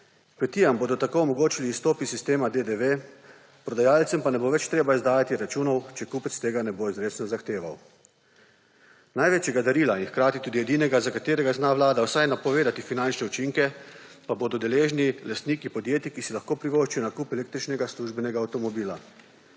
Kmetijam bodo tako omogočili izstop iz sistema DDV, prodajalcev pa ne bo več treba izdajati računov, če kupec tega ne bo izrecno zahteval. Največjega darila in hkrati tudi edinega, za katerega zna Vlada vsaj napovedati finančne učinke, pa bodo deležni lastniki podjetij, ki si lahko privoščijo nakup električnega službenega avtomobila.